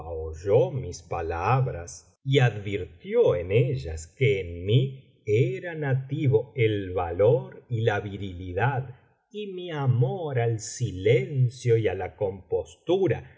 las mil noches y una noche en ellas que en mí era nativo el valor y la virilidad y raí amor al silencio y á la compostura